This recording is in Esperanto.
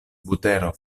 butero